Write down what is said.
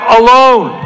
alone